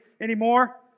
anymore